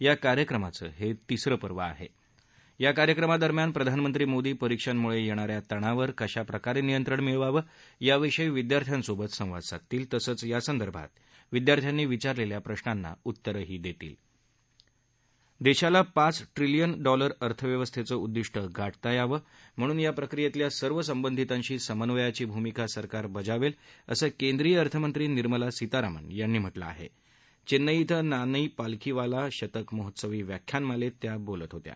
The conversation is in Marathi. या कार्यक्रमाचं हत्त्वीसरं पर्व आहत्त या कार्यक्रमादरम्यान प्रधानमंत्री मोदी परीक्षांमुळखणिया ताणावर कशाप्रकारातियंत्रण मिळवावं याविषयी विद्यार्थ्यांसोबत संवाद साधतील तसंच यासंदर्भात विद्यार्थ्यांनी विचारलल्या प्रश्नांना उत्तरंही दण्णर आहस्त दशिला पाच ट्रिलियन डॉलर अर्थव्यवस्थद्धीउद्विष्ट गाठता यावं म्हणून या प्रक्रियसिक्या सर्व संबंधितांशी समन्वयाची भूमिका सरकार बजावत्त असं केंद्रीय अर्थमंत्री निर्मला सीतारामन यांनी म्हटलं आह केलिई इथं नानी पालखीवाला शतक महोत्सवी व्याख्यानमालतीत्या बोलत होत्या